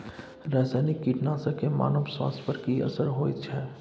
रसायनिक कीटनासक के मानव स्वास्थ्य पर की असर होयत छै?